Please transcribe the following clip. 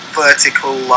vertical